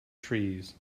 trees